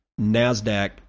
NASDAQ